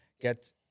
get